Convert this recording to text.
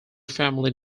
family